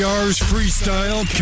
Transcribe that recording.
Freestyle